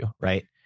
right